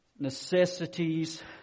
Necessities